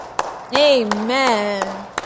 Amen